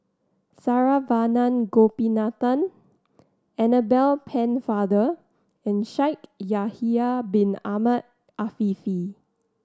Saravanan Gopinathan Annabel Pennefather and Shaikh Yahya Bin Ahmed Afifi